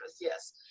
Yes